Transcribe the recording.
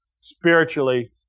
spiritually